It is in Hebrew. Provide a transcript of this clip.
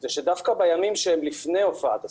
שדווקא בימים לפני הופעת הסימפטומים,